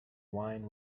wine